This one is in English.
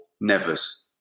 nevers